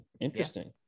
interesting